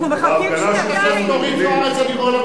חבר הכנסת יואל חסון,